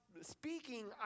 Speaking